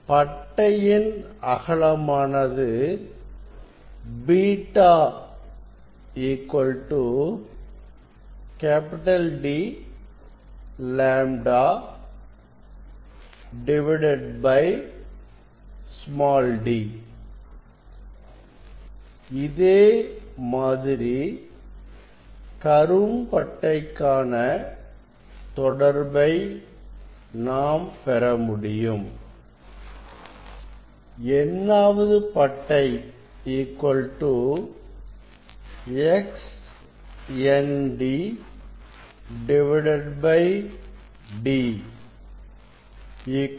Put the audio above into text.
பட்டையின் அகலமானது β D λ d இதே மாதிரி கரும் பட்டைக்கான தொடர்பை நாம் பெற முடியும் n ஆவது பட்டை Xnd D 2n1 λ2